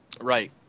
Right